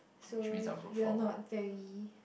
so you're not very